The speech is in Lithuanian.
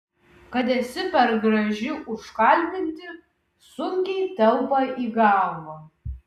kad esi per graži užkalbinti sunkiai telpa į galvą